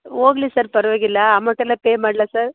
ಹೋಗ್ಲಿ ಸರ್ ಪರವಾಗಿಲ್ಲ ಅಮೌಂಟೆಲ್ಲ ಪೇ ಮಾಡಲಾ ಸರ್